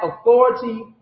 authority